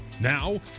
Now